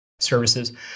services